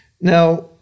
Now